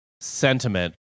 sentiment